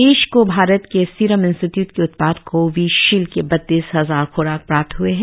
प्रदेश को भारत के Serum Institute के उत्पाद कोवि शिल्ड के बत्तीस हजार खूराक प्राप्त हए है